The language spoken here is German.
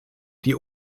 die